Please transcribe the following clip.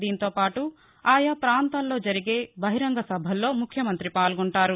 దీంతో పాటు ఆయా ప్రాంతాల్లో జరిగే బహిరంగ సభల్లో ముఖ్యమంత్రి పాల్గొంటారు